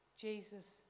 Jesus